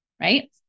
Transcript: right